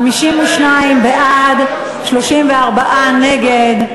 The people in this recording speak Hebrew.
52 בעד, 34 נגד.